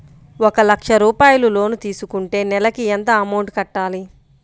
ఒక లక్ష రూపాయిలు లోన్ తీసుకుంటే నెలకి ఎంత అమౌంట్ కట్టాలి?